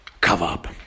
cover-up